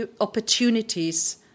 opportunities